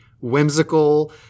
whimsical